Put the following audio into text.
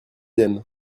aiment